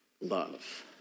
love